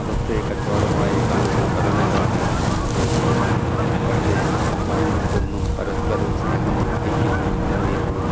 മതത്തെ കച്ചവടമായി കാണുന്ന പല നേതാക്കളും നമ്മുടെ സമൂഹത്തിലുണ്ട് പക്ഷേ ആ മതങ്ങള്ക്കൊന്നും പരസ്പരം സ്നേഹമോ ഐക്യമോ ഇല്ലാതെയാണ്